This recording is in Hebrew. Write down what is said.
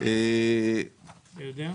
אתה יודע?